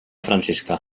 franciscà